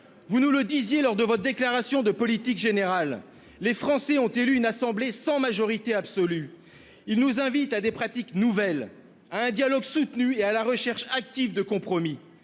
Vous nous disiez lors de votre déclaration de politique générale :« Les Français ont élu une Assemblée sans majorité absolue. Ils nous invitent à des pratiques nouvelles, à un dialogue soutenu et à la recherche active de compromis.